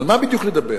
על מה בדיוק לדבר,